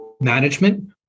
management